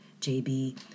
JB